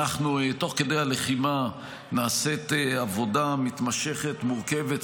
תוך כדי הלחימה נעשית עבודה מתמשכת ומורכבת,